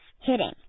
Hitting